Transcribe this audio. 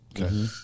Okay